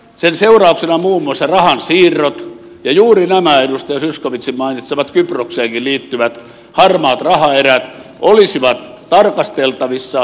sen seurauksena muun muassa rahansiirrot ja juuri nämä edustaja zyskowiczin mainitsemat kyprokseenkin liittyvät harmaat rahaerät olisivat tarkasteltavissa se mitä ne ovat